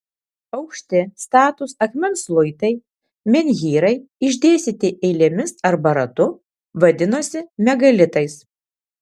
aukšti statūs akmens luitai menhyrai išdėstyti eilėmis arba ratu vadinosi megalitais